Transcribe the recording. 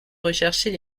rechercher